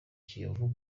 kiyovu